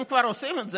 אם כבר עושים את זה,